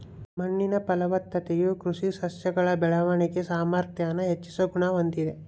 ಮಣ್ಣಿನ ಫಲವತ್ತತೆಯು ಕೃಷಿ ಸಸ್ಯಗಳ ಬೆಳವಣಿಗೆನ ಸಾಮಾರ್ಥ್ಯಾನ ಹೆಚ್ಚಿಸೋ ಗುಣ ಹೊಂದಿದೆ